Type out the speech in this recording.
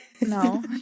No